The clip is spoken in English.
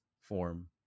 form